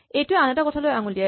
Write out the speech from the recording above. এইটোৱে আন এটা কথালৈ আঙুলিয়ায়